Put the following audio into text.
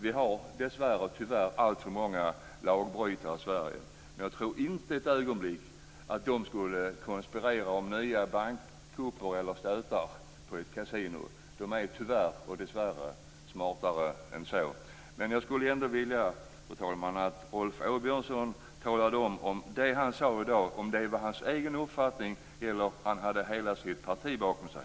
Vi har dessvärre alltför många lagbrytare i Sverige, men jag tror inte ett ögonblick att de skulle konspirera om nya bankkupper eller stötar på ett kasino. De är tyvärr smartare än så. Jag skulle vilja, fru talman, att Rolf Åbjörnsson talade om huruvida det han sade i dag var hans egen uppfattning eller om han hade hela sitt parti bakom sig.